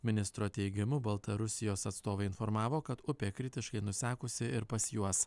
ministro teigimu baltarusijos atstovai informavo kad upė kritiškai nusekusi ir pas juos